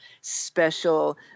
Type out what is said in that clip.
special